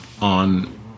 on